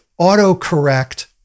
autocorrect